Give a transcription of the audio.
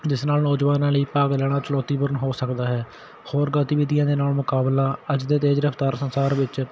ਜਿਸ ਨਾਲ ਨੌਜਵਾਨਾਂ ਲਈ ਭਾਗ ਲੈਣਾ ਚੁਣੌਤੀਪੂਰਨ ਹੋ ਸਕਦਾ ਹੈ ਹੋਰ ਗਤੀਵਿਧੀਆਂ ਦੇ ਨਾਲ ਮੁਕਾਬਲਾ ਅੱਜ ਦੇ ਤੇਜ਼ ਰਫਤਾਰ ਸੰਸਾਰ ਵਿੱਚ